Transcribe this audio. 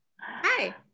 Hi